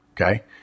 Okay